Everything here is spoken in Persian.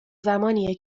زمانیه